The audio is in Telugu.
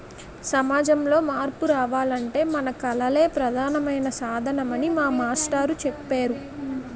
సమాజంలో మార్పు రావాలంటే మన కళలే ప్రధానమైన సాధనమని మా మాస్టారు చెప్పేరు